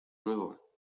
nuevo